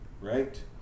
right